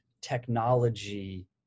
technology